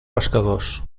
pescadors